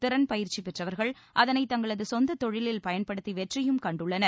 திறன் பயிற்சி பெற்றவர்கள் அதனை தங்களது சொந்த தொழிலில் பயன்படுத்தி வெற்றியும் கண்டுள்ளனர்